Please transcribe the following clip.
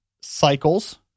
cycles